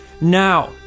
Now